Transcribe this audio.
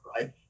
right